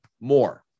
more